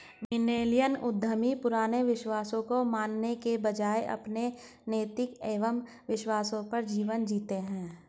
millennial उद्यमी पुराने विश्वासों को मानने के बजाय अपने नीति एंव विश्वासों पर जीवन जीते हैं